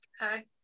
hi